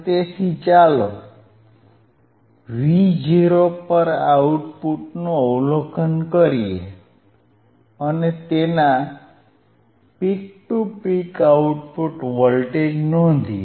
તેથી ચાલો Vo પર આઉટપુટનું અવલોકન કરીએ અને તેના peak to peak output voltage નોંધીએ